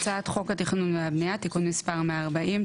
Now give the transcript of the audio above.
הצעת חוק התכנון והבנייה (תיקון מספר 140),